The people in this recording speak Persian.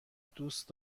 دوست